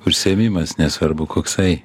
užsiėmimas nesvarbu koksai